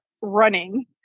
running